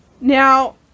Now